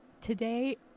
today